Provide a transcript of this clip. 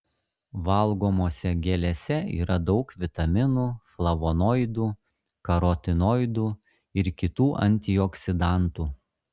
valgomose gėlėse yra daug vitaminų flavonoidų karotinoidų ir kitų antioksidantų